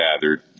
gathered